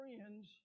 friends